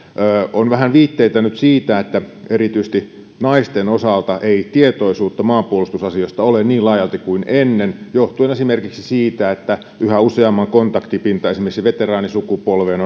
on vähän viitteitä nyt siitä että erityisesti naisten osalta ei tietoisuutta maanpuolustusasioista ole niin laajalti kuin ennen johtuen esimerkiksi siitä että yhä useammalla ei ole kontaktipintaa esimerkiksi veteraanisukupolveen